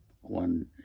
one